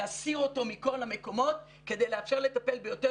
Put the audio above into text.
להסיר אותו מכל המקומות כדי לאפשר לטפל ביותר